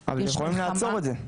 נכון, אבל הם יכולים לעצור את זה.